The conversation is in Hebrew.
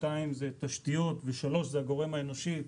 שתיים זה תשתיות ושלוש זה הגורם האנושי.